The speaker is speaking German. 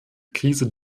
krise